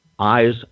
Eyes